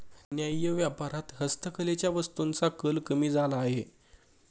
न्याय्य व्यापारात हस्तकलेच्या वस्तूंचा कल कमी झाला आहे